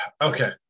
okay